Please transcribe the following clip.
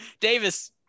Davis